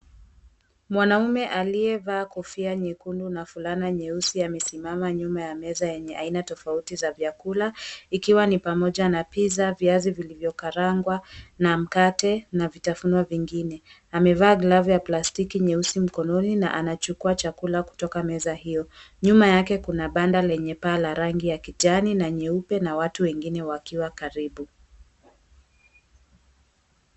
Mwanaume aliyevaa kofia nyekundu na fulana nyeusi amesimama nyuma ya meza yenye aina tofauti za vyakula, ikiwa ni pamoja na pizza , viazi vilivyokarangwa na mkate na vitafunwa vingine. Amevaa glavu ya plastiki nyeusi mkononi na anachukua chakula kutoka meza hiyo. Nyuma yake kuna banda lenye paa la rangi ya kijani na nyeupe na watu wengine wakiwa karibu.